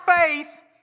faith